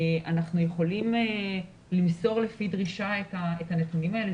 אנחנו יכולים למסור לפי דרישה את הנתונים האלה,